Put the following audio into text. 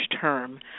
term